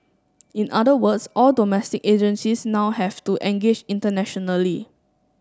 in other words all domestic agencies now have to engage internationally